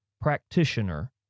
practitioner